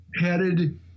headed